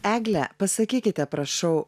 egle pasakykite prašau